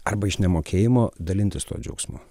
arba iš nemokėjimo dalintis tuo džiaugsmu